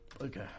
Okay